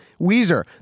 Weezer